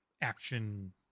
action